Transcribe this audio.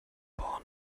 born